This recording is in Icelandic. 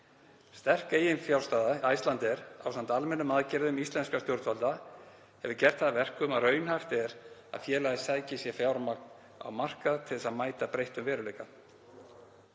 Sterk eiginfjárstaða Icelandair ásamt almennum aðgerðum íslenskra stjórnvalda hefur gert það að verkum að raunhæft er að félagið sæki sér fjármagn á markað til þess að mæta breyttum veruleika.